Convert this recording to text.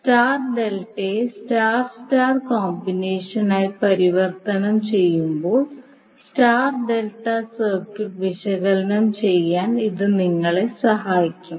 star ഡെൽറ്റയെ star star കോമ്പിനേഷനായി പരിവർത്തനം ചെയ്യുമ്പോൾ സ്റ്റാർ ഡെൽറ്റ സർക്യൂട്ട് വിശകലനം ചെയ്യാൻ ഇത് നിങ്ങളെ സഹായിക്കും